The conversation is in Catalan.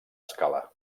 escala